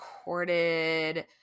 recorded